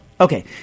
Okay